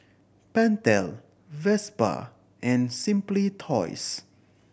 Pentel Vespa and Simply Toys